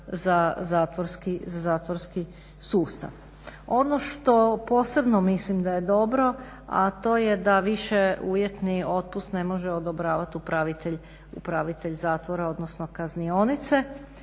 za zatvorski sustav. Ono što posebno mislim da je dobro, a to je da više uvjetni otpust ne može odobravati upravitelj zatvora, odnosno kaznionice.